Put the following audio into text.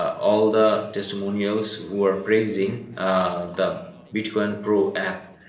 all the testimonials were praising the bitcoin pro app